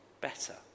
better